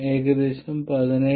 ഏകദേശം 17